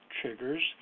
triggers